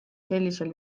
sellisel